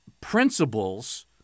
principles